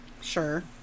sure